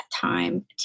time